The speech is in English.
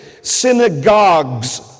Synagogues